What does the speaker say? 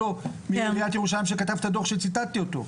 נציג עיריית ירושלים שכתב את הדו"ח שציטטתי אותו.